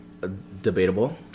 debatable